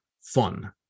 fun